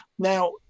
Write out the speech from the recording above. Now